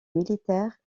militaires